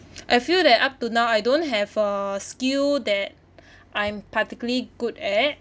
I feel that up to now I don't have a skill that I'm particularly good at